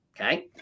Okay